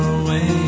away